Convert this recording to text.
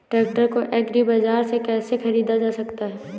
Tractor को agri बाजार से कैसे ख़रीदा जा सकता हैं?